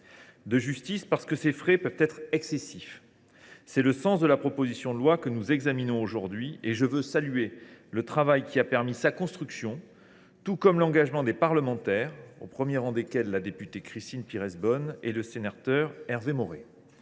de justice, parce que ces frais peuvent être excessifs. Tel est le sens de la proposition de loi que nous examinons aujourd’hui. Je veux saluer le travail qui a permis sa construction, tout comme l’engagement des parlementaires, au premier rang desquels la députée Christine Pires Beaune et le sénateur Hervé Maurey